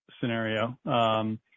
scenario